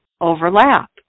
overlap